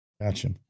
Gotcha